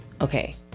Okay